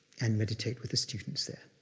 and meditate with the students there.